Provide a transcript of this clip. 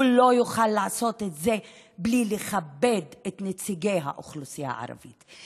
הוא לא יוכל לעשות את זה בלי לכבד את נציגי האוכלוסייה הערבית,